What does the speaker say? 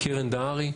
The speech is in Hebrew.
קרן דהרי,